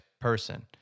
person